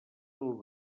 del